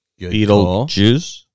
Beetlejuice